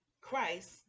Christ